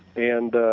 and